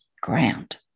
ground